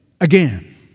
again